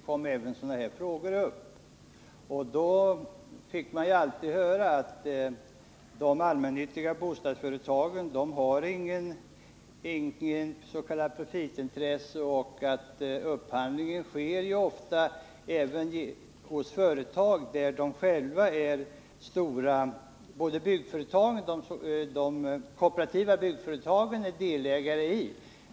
Fru talman! Även under den socialdemokratiska regeringens tid togs sådana här frågor upp. Då fick man alltid höra att de allmännyttiga bostadsföretagen inte har något s.k. profitintresse och att upphandlingen ofta sker i företag i vilka de kooperativa företagen är delägare.